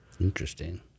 Interesting